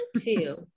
two